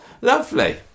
Lovely